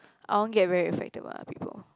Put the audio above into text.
I won't get very affected by other people